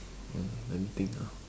mm let me think ah